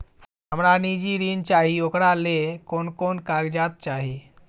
हमरा निजी ऋण चाही ओकरा ले कोन कोन कागजात चाही?